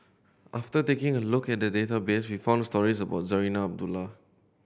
after taking a look at the database we found stories about Zarinah Abdullah